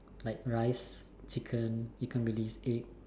like rice chicken ikan bilis egg